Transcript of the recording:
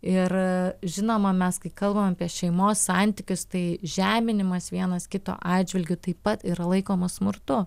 ir žinoma mes kai kalbam apie šeimos santykius tai žeminimas vienas kito atžvilgiu taip pat yra laikomas smurtu